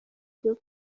byo